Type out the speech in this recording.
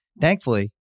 Thankfully